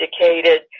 indicated